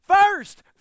first